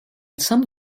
some